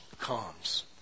comes